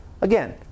again